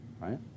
right